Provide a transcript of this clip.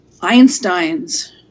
Einstein's